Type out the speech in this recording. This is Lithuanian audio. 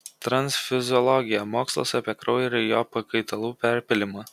transfuziologija mokslas apie kraujo ir jo pakaitalų perpylimą